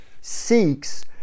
seeks